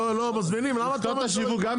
למה רשתות השיווק לא